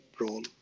role